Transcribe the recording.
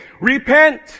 repent